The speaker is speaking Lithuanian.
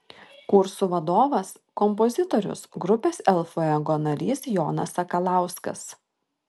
kursų vadovas kompozitorius grupės el fuego narys jonas sakalauskas